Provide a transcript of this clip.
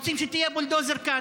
אנחנו רוצים שתהיה בולדוזר כאן.